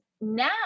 now